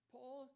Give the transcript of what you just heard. Paul